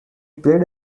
played